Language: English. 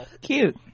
cute